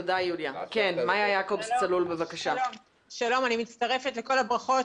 שלום, אני מצטרפת לכל הברכות.